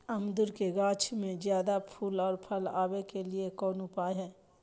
अमरूद के गाछ में ज्यादा फुल और फल आबे के लिए कौन उपाय है?